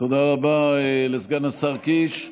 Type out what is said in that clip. תודה רבה לסגן השר קיש.